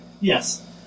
Yes